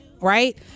right